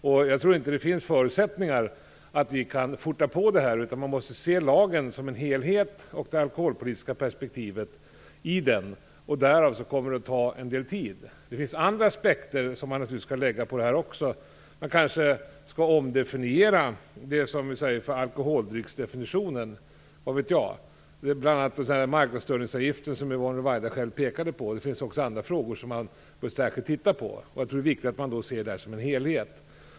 Jag tror heller inte att det finns förutsättningar att snabba på det här, utan man måste se lagen som en helhet och det alkoholpolitiska perspektivet i den. Av den anledningen kommer det att ta en del tid. Det finns också andra aspekter som man bör lägga på den här frågan. Man kanske skall omdefiniera vad som menas med alkoholdrycker - vad vet jag? En annan sak är den marknadsföringsavgift som Yvonne Ruwaida själv pekade på, och det finns också andra frågor som man bör titta särskilt på. Jag tror att det är viktigt man ser det här som en helhet.